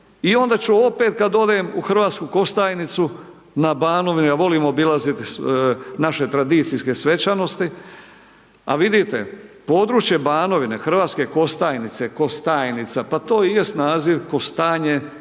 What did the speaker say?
i onda ću opet kad odem u Hrvatsku Kostajnicu na Banovini, a volim obilaziti naše tradicijske svečanosti, a vidite područje Banovine, Hrvatske Kostajnice, Kostajnica pa to i jest naziv kostanje,